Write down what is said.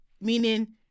Meaning